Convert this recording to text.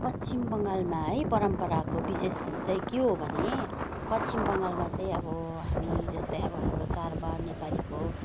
पश्चिम बङ्गालमा है परम्पराको विशेष चाहिँ के हो भने पश्चिम बङ्गालमा चाहिँ अब हामी जस्तै अब हाम्रो चाडबाड नेपालीको